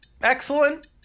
excellent